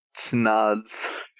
Snods